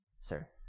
sir